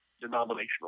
denominational